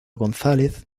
gonzález